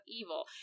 evil